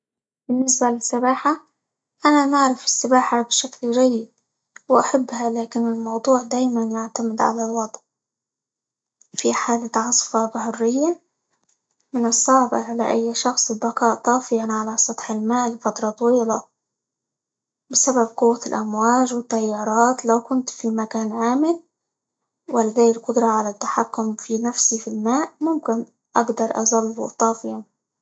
بالنسبة للسباحة أنا ما أعرف السباحة بشكل جيد، وأحبها لكن الموضوع دايمًا يعتمد على الوضع، في حالة عاصفة من الصعب على أي شخص البقاء طافيًا على سطح المال لفترة طويلة؛ بسبب قوة الأمواج، والتيارات، لو كنت في مكان آمن، ولدي القدرة على التحكم في نفسي في الماء ممكن أقدر أظل طافيًا.